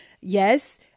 Yes